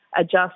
adjust